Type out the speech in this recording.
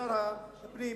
שר הפנים,